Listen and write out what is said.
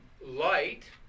light